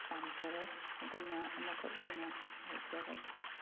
ꯄꯥꯝꯖꯔꯦ ꯑꯗꯨꯅ ꯑꯃꯈꯛ ꯑꯣꯏꯅ ꯇꯧꯖꯔꯒꯦ